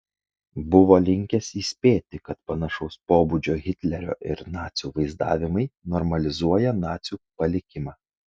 buvo linkęs įspėti kad panašaus pobūdžio hitlerio ir nacių vaizdavimai normalizuoja nacių palikimą